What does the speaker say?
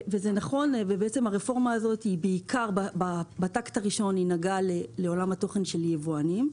בטקט הראשון הרפורמה נגעה בעיקר בעולם התוכן של יבואנים,